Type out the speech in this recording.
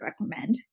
recommend